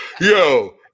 yo